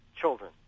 children